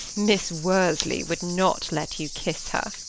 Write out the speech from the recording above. miss worsley would not let you kiss her.